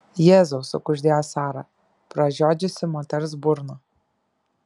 jėzau sukuždėjo sara pražiodžiusi moters burną